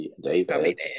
David